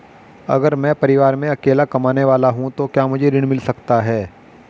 अगर मैं परिवार में अकेला कमाने वाला हूँ तो क्या मुझे ऋण मिल सकता है?